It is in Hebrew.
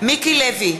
מיקי לוי,